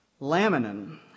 Laminin